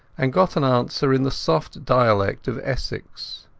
and got an answer in the soft dialect of essex.